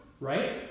right